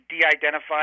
de-identified